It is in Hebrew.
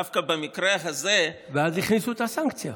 דווקא במקרה הזה, ואז הכניסו את הסנקציה.